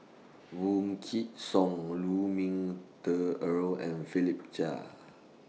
Song Lu Ming Teh Earl and Philip Chia